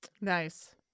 Nice